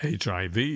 HIV